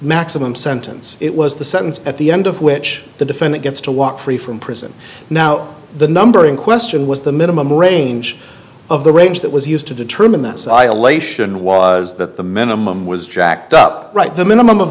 maximum sentence it was the sentence at the end of which the defendant gets to walk free from prison now the number in question was the minimum range of the range that was used to determine this isolation was that the minimum was jacked up right the minimum of